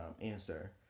answer